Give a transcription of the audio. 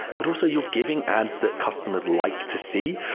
but also you're giving ads that customers like to see.